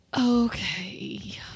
Okay